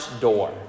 door